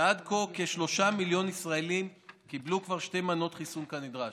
ועד כה כשלושה מיליון ישראלים קיבלו כבר שתי מנות חיסון כנדרש.